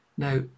Now